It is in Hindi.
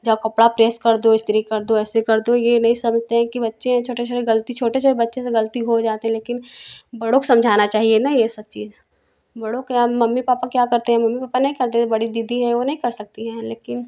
जाओ कपड़ा प्रेस कर दो इस्त्री कर दो ऐसे कर दो ये नहीं समझते हैं कि बच्चे हैं छोटे छोटे गलती छोटे से बच्चे से गलती हो जाती है लेकिन बड़ों को समझना चाहिए ना ये सब चीज बड़ों क्या मम्मी पापा क्या करते हैं मम्मी पापा नहीं करती बड़ी दीदी हैं वो नहीं कर सकती हैं लेकिन